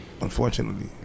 Unfortunately